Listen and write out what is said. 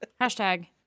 Hashtag